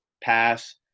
pass